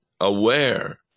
aware